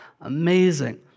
Amazing